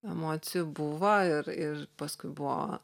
emocijų buvo ir ir paskui buvo